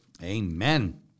amen